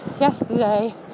Yesterday